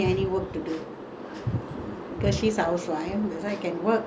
then the they took care of my children also lah most of the time we stay there